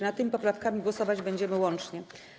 Nad tymi poprawkami głosować będziemy łącznie.